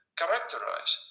characterize